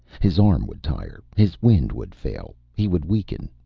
his arm would tire, his wind would fail he would weaken,